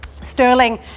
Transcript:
sterling